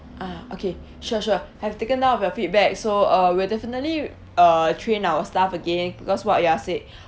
ah okay sure sure have taken down of your feedback so uh we'll definitely uh train our staff again plus what you are said